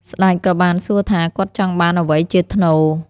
ស្ដេចក៏បានសួរថាគាត់ចង់បានអ្វីជាថ្នូរ។